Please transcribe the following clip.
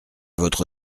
votre